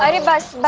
and bus like